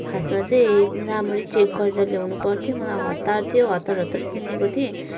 खासमा चाहिँ रामरी चेक गरेर ल्याउनु पर्थ्यो मलाई हतार थियो हतार हतार किनेको थिएँ